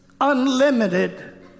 unlimited